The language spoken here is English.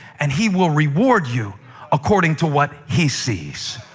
and he will reward you according to what he sees.